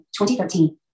2013